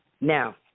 Now